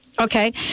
Okay